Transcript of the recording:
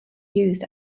used